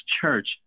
church